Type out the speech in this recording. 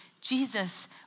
Jesus